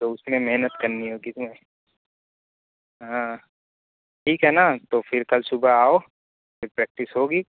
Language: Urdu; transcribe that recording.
تو اس میں محنت کرنی ہوگی ہاں ٹھیک ہے نا تو پھر کل صبح آؤ پھر پریکٹس ہوگی